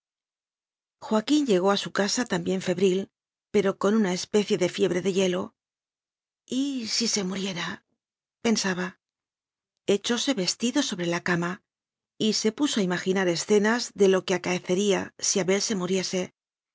joaquín llegó a su casa también febril pero con una especie de fiebre de hielo y si se muriera pensaba echóse vestido sobre la cama y se puso a imaginar escenas de lo que acaecería si abel se muriese